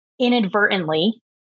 inadvertently